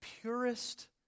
purest